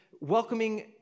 welcoming